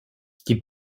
die